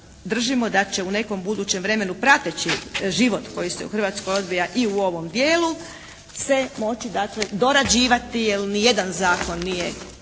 držimo da će u nekom budućem vremenu prateći život koji se u Hrvatskoj odvija i u ovom dijelu, se moći dorađivati jer ni jedan zakon nije,